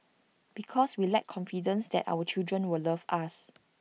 because we lack confidence that our children will love us